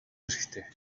хэрэгтэй